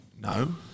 No